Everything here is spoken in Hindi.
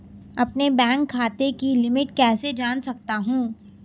अपने बैंक खाते की लिमिट कैसे जान सकता हूं?